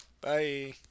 Bye